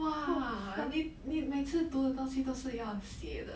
!wah! 你你每次读的东西要写的